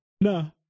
No